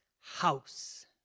house